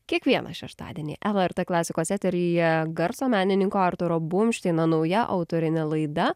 kiekvieną šeštadienį lrt klasikos eteryje garso menininko artūro bumšteino nauja autorinė laida